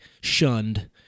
shunned